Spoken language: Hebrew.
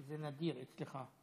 זה נדיר אצלך.